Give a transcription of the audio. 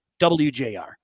WJR